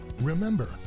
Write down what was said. Remember